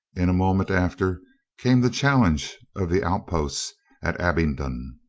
in a moment after came the challenge of the outposts at abingdon.